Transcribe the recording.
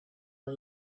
наш